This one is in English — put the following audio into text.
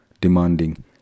demanding